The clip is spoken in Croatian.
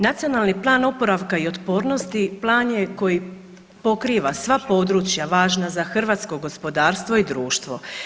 Nacionalni plan oporavka i otpornosti plan je koji pokriva sva područja važna za hrvatsko gospodarstvo i društvo.